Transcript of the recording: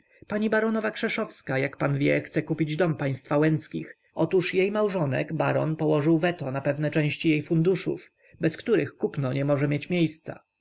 pani baronowa krzeszowska jak pan wie chce kupie dom państwa łęckich otóż jej małżonek baron położył veto na pewnej części jej funduszów bez których kupno nie może mieć miejsca